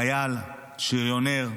חייל, שריונר,